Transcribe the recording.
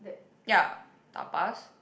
ya Tapas